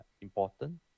important